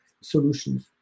solutions